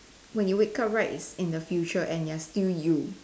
when you wake up right in the future you are still you